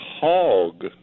hog